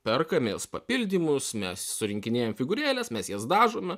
perkamės papildymus mes surinkinėjam figūrėles mes jas dažome